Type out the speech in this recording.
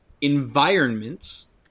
environments